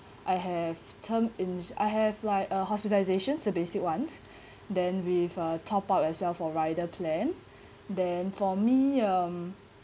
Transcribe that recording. I have term in I have like uh hospitalisation the basic ones then with a top up as well for rider plan then for me um